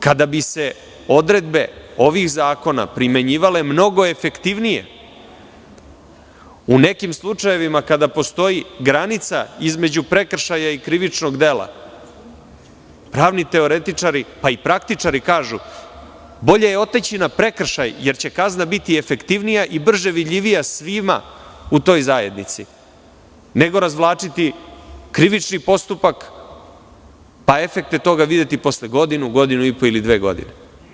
Kada bi se odredbe ovih zakona primenjivale mnogo efektivnije u nekim slučajevima kada postoji granica između prekršaja i krivičnog dela, pravni teoretičari pa i praktičari kažu – bolje je otići na prekršaj jer će kazna biti efektivnija i brže vidljivija svima u toj zajednici, nego razvlačiti krivični postupak i efekte toga videti posle godinu, godinu i po ili dve godine.